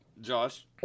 Josh